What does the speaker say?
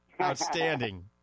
Outstanding